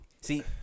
See